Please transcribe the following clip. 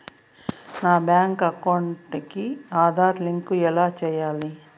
నా bank account కి Aadhaar link ఎలా సేయాలి